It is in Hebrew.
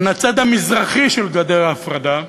מן הצד המזרחי של גדר ההפרדה,